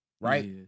Right